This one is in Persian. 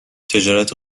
تجارت